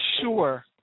sure